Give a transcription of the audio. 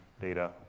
data